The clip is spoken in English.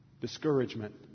Discouragement